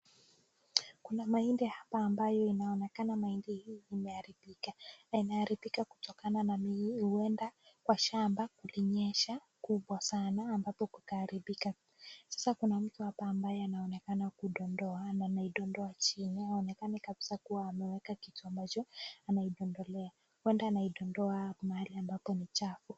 Kuna mahindi hapa ambayo inaonekana mahindi hio imeharibika, imeharibika kutokana na huenda kwa shamba kulinyesha kubwa sana ambapo kukaharibika sasa kuna mtu hapa ambaye anaonekana kudondoa, na anaidondoa chini au inaonekana kabisa kuwa amweweka mkonjojo, anaiidondolea huenda anaidondoa mahali ambapo no chafu.